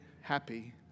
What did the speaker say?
happy